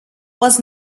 was